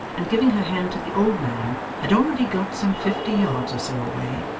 and giving her hand to the old man had already got some fifty yards or so away,